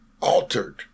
altered